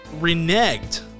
reneged